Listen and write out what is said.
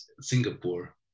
Singapore